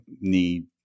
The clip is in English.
need